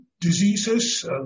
Diseases